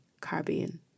Caribbean